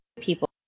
people